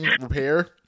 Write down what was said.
repair